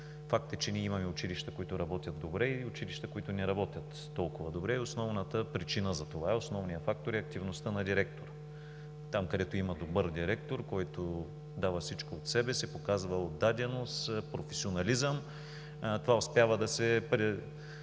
факт е, че ние имаме училища, които работят добре, и училища, които не работят толкова добре. Основната причина за това, основният фактор е активността на директора. Там, където има добър директор, който дава всичко от себе си, показва отдаденост, професионализъм това се отразява